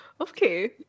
Okay